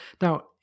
Now